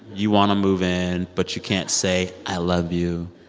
you want to move in. but you can't say, i love you